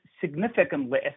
significantly